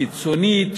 קיצונית,